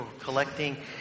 collecting